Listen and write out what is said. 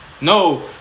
No